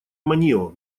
манио